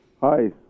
Hi